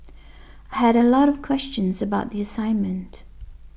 I had a lot of questions about the assignment